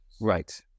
Right